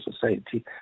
society